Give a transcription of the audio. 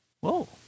Whoa